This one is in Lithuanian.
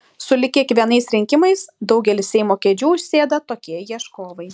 sulig kiekvienais rinkimais daugelį seimo kėdžių užsėda tokie ieškovai